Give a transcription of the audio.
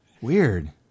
weird